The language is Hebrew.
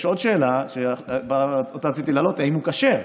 יש עוד שאלה שאותה רציתי להעלות, האם הוא כשר,